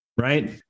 Right